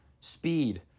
Speed